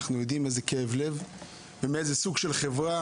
אנחנו יודעים איזה כאב לב ומאיזה סוג של חברה.